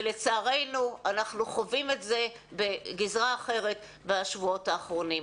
ולצערנו אנחנו חווים את זה בגזרה אחרת בשבועות האחרונים.